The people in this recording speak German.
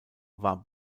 war